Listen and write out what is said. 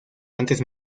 antes